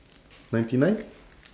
ninety nine